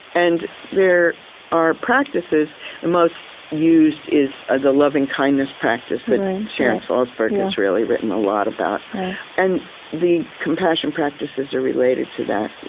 and there are practices, the most used is ah the lovingkindness practice that sharon salzberg has really written a lot about and the compassion practices are related to that,